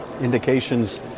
indications